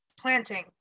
planting